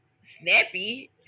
snappy